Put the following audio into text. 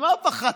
ממה פחדתם?